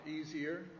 easier